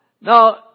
Now